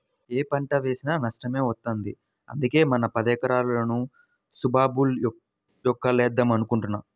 యే పంట వేసినా నష్టమే వత్తంది, అందుకే మన పదెకరాల్లోనూ సుబాబుల్ మొక్కలేద్దాం అనుకుంటున్నా